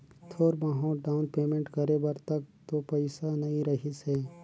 थोर बहुत down payment करे बर तक तो पइसा नइ रहीस हे